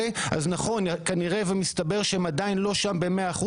אז נכון כנראה ומסתבר שהם עדיין לא שם ב-100%,